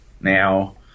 now